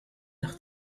nach